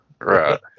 Right